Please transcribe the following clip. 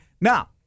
Now